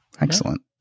Excellent